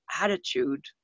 attitude